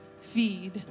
feed